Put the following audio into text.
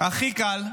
הכי קל,